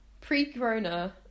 Pre-corona